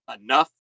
enough